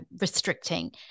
restricting